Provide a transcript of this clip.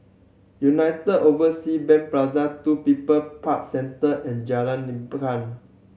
United Overseas Bank Plaza Two People Park Centre and Jalan Lekar